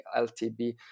LTb